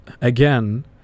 again